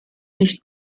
nicht